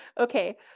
Okay